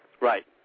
Right